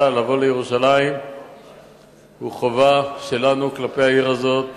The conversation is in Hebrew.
לבוא לירושלים הוא חובה שלנו כלפי העיר הזאת,